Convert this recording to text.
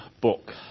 book